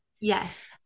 yes